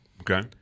Okay